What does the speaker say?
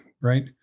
right